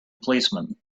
policeman